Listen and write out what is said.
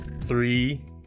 three